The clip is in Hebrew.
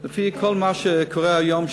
לפי כל מה שקורה היום,